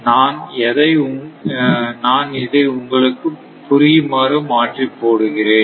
நான் எதை உங்களுக்கு புரியுமாறு மாற்றி போடுகிறேன்